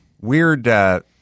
weird